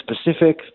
specific